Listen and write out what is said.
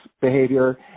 behavior